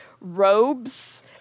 robes